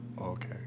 Okay